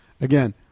again